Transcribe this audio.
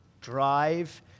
drive